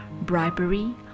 bribery